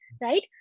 right